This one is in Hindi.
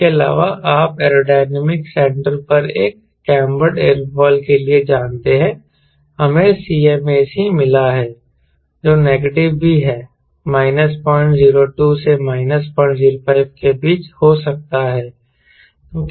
इसके अलावा आप एयरोडायनेमिक सेंटर पर एक कैंबर्ड एयरोफॉयल के लिए जानते हैं हमें Cmac मिला है जो नेगेटिव भी है माइनस 002 से माइनस 005 के बीच हो सकता है